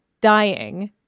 dying